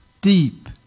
deep